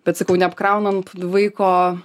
bet sakau neapkraunant vaiko